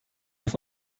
auf